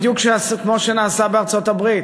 בדיוק כמו שנעשה בארצות-הברית.